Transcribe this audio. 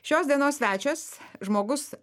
šios dienos svečios žmogus